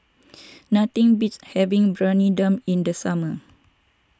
nothing beats having Briyani Dum in the summer